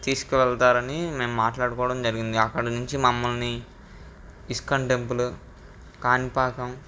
తీసుకువెళ్తారని మేం మాట్లాడుకోవడం జరిగింది అక్కడ నుంచి మమ్మల్ని ఇస్కాన్ టెంపులు కాణిపాకం